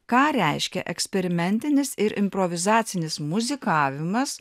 ką reiškia eksperimentinis ir improvizacinis muzikavimas